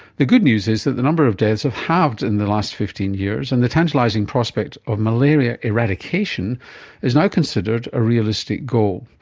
the good news is that the number of deaths have halved in the last fifteen years and the tantalising prospect of malaria eradication is now considered a realistic goal.